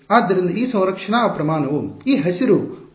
ಆದ್ದರಿಂದ ಆ ಸಂರಕ್ಷಣಾ ಪ್ರಮಾಣವು ಈ ಹಸಿರು ಬಾಣ ವಾಗಿದೆ